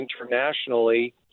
internationally